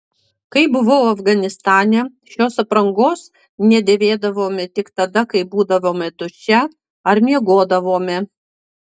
kai buvau afganistane šios aprangos nedėvėdavome tik tada kai būdavome duše ar miegodavome